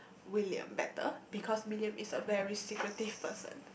William better because William is a very secretive person